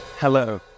Hello